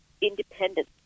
independence